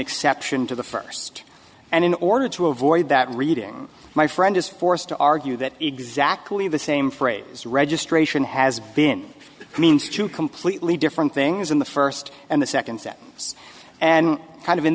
exception to the first and in order to avoid that reading my friend is forced to argue that exactly the same phrase registration has been means two completely different things in the first and the second set and kind of in